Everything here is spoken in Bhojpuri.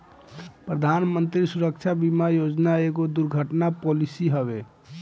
प्रधानमंत्री सुरक्षा बीमा योजना एगो दुर्घटना पॉलिसी हवे